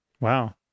wow